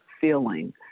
feeling